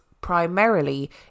primarily